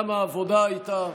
גם העבודה הייתה,